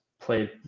play